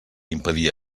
impedia